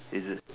is it